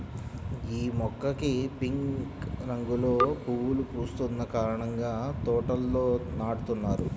యీ మొక్కకి పింక్ రంగులో పువ్వులు పూస్తున్న కారణంగా తోటల్లో నాటుతున్నారు